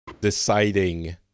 deciding